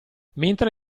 mentre